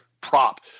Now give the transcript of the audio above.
prop